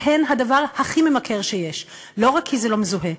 שהן הדבר הכי ממכר שיש, לא רק כי זה לא מזוהה,